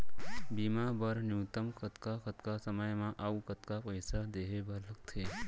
बीमा बर न्यूनतम कतका कतका समय मा अऊ कतका पइसा देहे बर लगथे